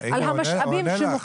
על המשאבים שמוקצים.